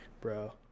bro